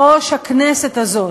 בראש הכנסת הזאת.